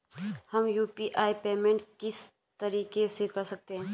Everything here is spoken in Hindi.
हम यु.पी.आई पेमेंट किस तरीके से कर सकते हैं?